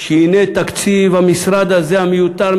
שהנה תקציב המשרד הזה המיותר,